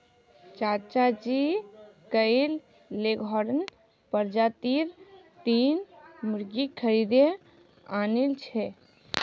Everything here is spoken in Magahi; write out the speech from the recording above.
चाचाजी कइल लेगहॉर्न प्रजातीर तीन मुर्गि खरीदे आनिल छ